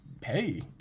pay